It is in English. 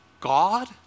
God